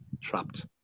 trapped